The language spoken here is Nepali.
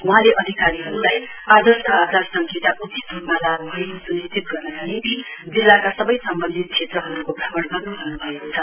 वहाँले अधिकारीहरुलाई आदर्श आचार संहिता उचित रुपमा लागू भएको सुनिश्चित गर्नका निम्ति जिल्लाका सबै सम्वन्धित क्षेत्रहरुको भ्रमण गर्नु भन्नुभएको छ